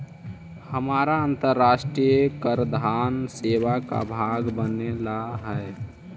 हमारा अन्तराष्ट्रिय कराधान सेवा का भाग बने ला हई